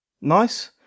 Nice